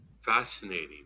Fascinating